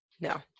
no